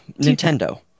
Nintendo